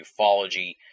ufology